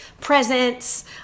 presents